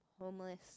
homeless